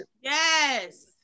yes